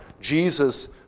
Jesus